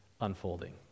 unfolding